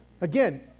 Again